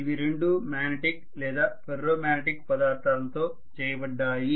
అవి రెండు మ్యాగ్నెటిక్ లేదా ఫెర్రో మ్యాగ్నెటిక్ పదార్థాలతో చేయబడ్డాయి